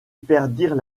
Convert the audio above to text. perdirent